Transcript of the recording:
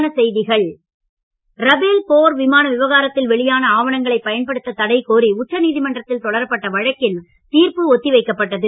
Rafale போர் விமானம் Rafale போர் விமான விவகாரத்தில் வெளியான ஆவணங்களை பயன்படுத்த தடை கோரி உச்சநீதிமன்றத்தில் தொடரப்பட்ட வழக்கில் தீர்ப்பு ஒத்தி வைக்கப்பட்டது